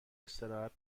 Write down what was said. استراحت